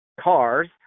cars